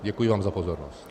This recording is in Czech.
Děkuji vám za pozornost.